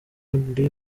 ndi